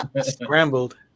scrambled